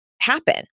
happen